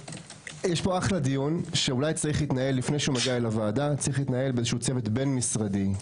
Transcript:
יש פה אחלה דין שאולי צריך להתנהל לפני שמגיע לוועדה - בצוות בין משרדי.